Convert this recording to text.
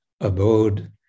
abode